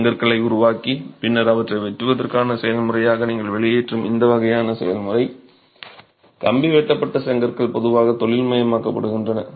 செங்கற்களை உருவாக்கி பின்னர் அவற்றை வெட்டுவதற்கான செயல்முறையாக நீங்கள் வெளியேற்றும் இந்த வகையான செயல்முறை கம்பி வெட்டப்பட்ட செங்கற்கள் பொதுவாக தொழில்மயமாக்கப்படுகின்றன